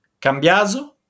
Cambiaso